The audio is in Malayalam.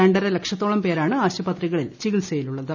രണ്ടരലക്ഷത്തോളം പേരാണ് ആശുപത്രികളിൽ ചികിത്സയിലുള്ളത്